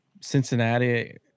Cincinnati